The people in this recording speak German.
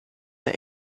der